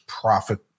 profit